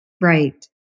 Right